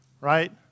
right